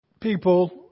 people